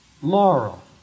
moral